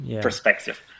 perspective